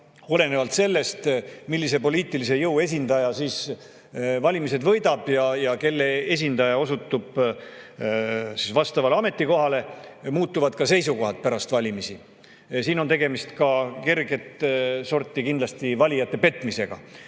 Olenevalt sellest, millise poliitilise jõu esindaja valimised võidab ja kelle esindaja osutub vastavale ametikohale [valituks], muutuvad ka seisukohad pärast valimisi. Siin on kindlasti tegemist kerget sorti valijate petmisega.